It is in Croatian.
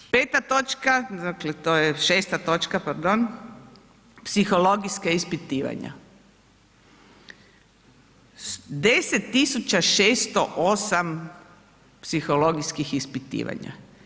Peta točka, dakle to je šesta točka, pardon, psihologijska ispitivanja, 10608 psihologijskih ispitivanja.